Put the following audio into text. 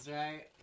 right